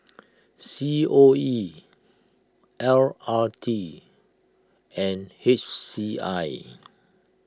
C O E L R T and H C I